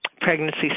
pregnancy